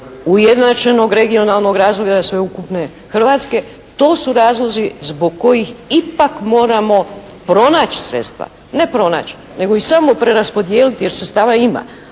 ujednačenog regionalnog razvoja sveukupne Hrvatske. To su razlozi zbog kojih ipak moramo pronaći sredstva. Ne pronaći, nego ih samo preraspodijeliti, jer sredstava ima.